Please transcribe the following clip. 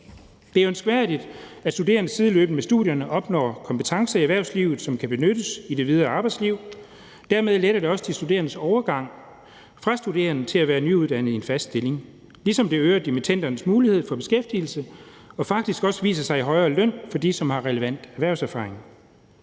Det er ønskværdigt, at studerende sideløbende med studierne opnår kompetencer i erhvervslivet, som kan benyttes i det videre arbejdsliv. Dermed letter det også de studerendes overgang fra at være studerende til at være nyuddannet i en fast stilling, ligesom det øger dimittendernes mulighed for beskæftigelse og faktisk også viser sig at give højere løn for dem, som har relevant erhvervserfaring.